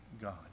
God